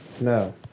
No